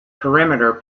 perimeter